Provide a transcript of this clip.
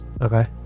okay